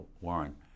Warren